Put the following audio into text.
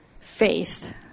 faith